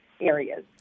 areas